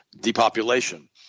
depopulation